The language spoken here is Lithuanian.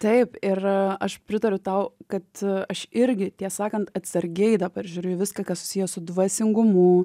taip ir aš pritariu tau kad aš irgi tiesą sakant atsargiai dabar žiūriu į viską kas susiję su dvasingumu